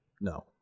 No